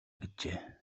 гэжээ